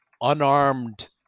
unarmed